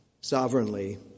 sovereignly